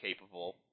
capable